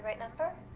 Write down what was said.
number?